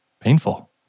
painful